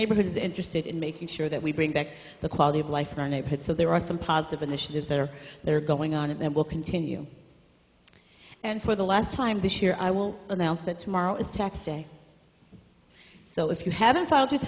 neighborhood is interested in making sure that we bring back the quality of life for our neighborhood so there are some positive initiatives that are there going on and will continue and for the last time this year i will announce that tomorrow is tax day so if you haven't filed your